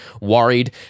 worried